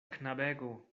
knabego